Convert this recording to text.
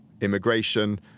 immigration